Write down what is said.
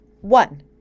One